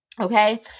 okay